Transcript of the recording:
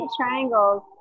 Triangles